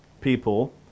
people